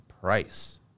price